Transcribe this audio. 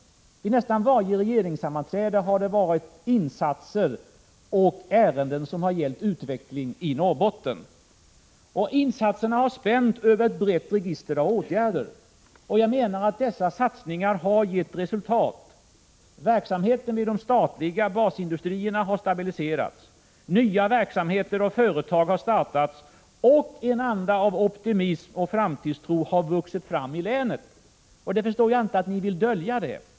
Vid nästan varje regeringssammanträde har man diskuterat insatser och ärenden som har gällt utvecklingen i Norrbotten. Insatserna har spänt över ett brett register av åtgärder. Jag menar att dessa satsningar har gett resultat. Verksamheten i de statliga basindustrierna har stabiliserats. Nya verksamheter och företag har startats, och en anda av optimism och framtidstro har vuxit fram i länet. Jag förstår inte att ni vill dölja det.